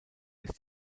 ist